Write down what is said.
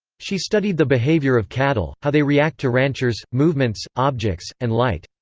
she studied the behavior of cattle, how they react to ranchers, movements, objects, and light.